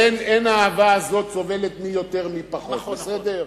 אין האהבה הזאת סובלת מי יותר מי פחות, בסדר?